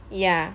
ya